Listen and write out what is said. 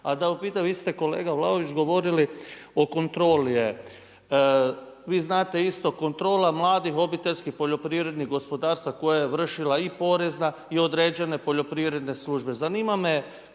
A da upitam, vi ste kolega Vlaović govorili o kontroli. Vi znate isto, kontrola mladih obiteljskih poljoprivrednih gospodarstva koja je vršila i Porezna i određene poljoprivredne službe. Zanima me,